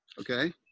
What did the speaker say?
okay